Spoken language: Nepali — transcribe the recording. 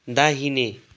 दाहिने